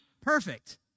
Perfect